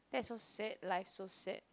that's so sad life's so sad